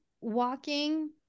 walking